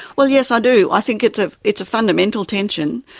well, yes i do, i think it's ah it's a fundamental tension.